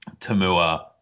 Tamua